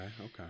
okay